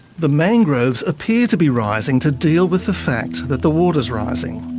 the mangroves appear to be rising to deal with the fact that the water's rising.